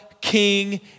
King